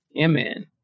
Amen